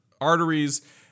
arteries